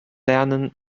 lernen